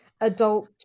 adult